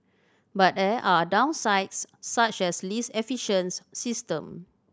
but there are downsides such as least system